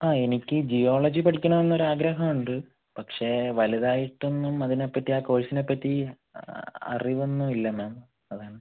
ആ എനിക്ക് ജിയോളജി പഠിക്കണമെന്ന് ഒരു ആഗ്രഹം ഉണ്ട് പക്ഷെ വലുതായിട്ടൊന്നും അതിനെ പറ്റി ആ കോഴ്സിനെ പറ്റി അറിവ് ഒന്നും ഇല്ല മാം